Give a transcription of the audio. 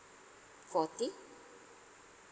forty